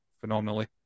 phenomenally